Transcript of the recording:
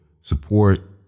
support